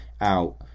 out